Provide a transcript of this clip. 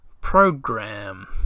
program